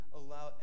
allow